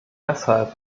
deshalb